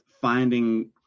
finding